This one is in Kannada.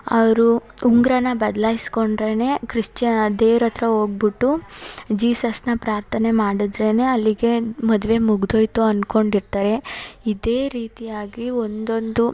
ಅವರು ಉಂಗುರನ ಬದ್ಲಾಯ್ಸ್ಕೊಂಡ್ರೇ ಕ್ರಿಚ್ಯ ದೇವ್ರ ಹತ್ರ ಹೋಗ್ಬುಟ್ಟು ಜೀಸಸನ್ನ ಪ್ರಾರ್ಥನೆ ಮಾಡದ್ರೇ ಅಲ್ಲಿಗೆ ಮದುವೆ ಮುಗ್ದು ಹೋಯ್ತು ಅಂದ್ಕೊಂಡಿರ್ತಾರೆ ಇದೇ ರೀತಿಯಾಗಿ ಒಂದೊಂದು